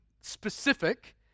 specific